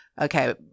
Okay